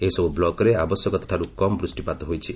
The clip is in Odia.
ଏହିସବୁ ବ୍ଲକରେ ଆବଶ୍ୟକତାଠାରୁ କମ୍ ବୃଷ୍ଟିପାତ ହୋଇଛି